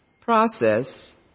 process